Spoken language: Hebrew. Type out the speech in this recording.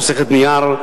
חוסכת נייר,